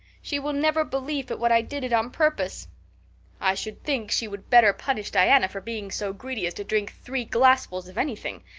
she will never believe but what i did it on purpose i should think she would better punish diana for being so greedy as to drink three glassfuls of anything,